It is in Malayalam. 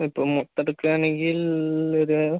ഇപ്പം മൊത്തം എടുക്കുകയാണെങ്കില് ഒരു